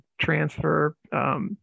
transfer